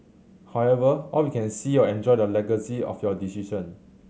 however all we can see or enjoy the legacy of your decision